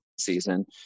season